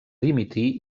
dimitir